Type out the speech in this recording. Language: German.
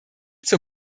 zur